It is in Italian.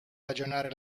ragionare